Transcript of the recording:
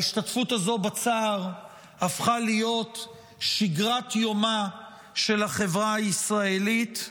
ההשתתפות הזו בצער הפכה להיות שגרת יומה של החברה הישראלית,